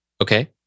Okay